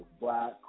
black